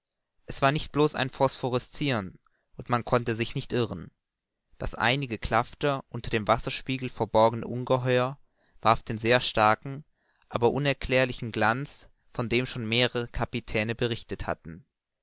es war nicht blos ein phosphoresciren und man konnte sich nicht irren das einige klafter unter dem wasserspiegel verborgene ungeheuer warf den sehr starken aber unerklärlichen glanz von dem schon mehrere kapitäne berichtet hatten